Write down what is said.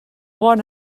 bon